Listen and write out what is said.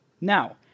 Now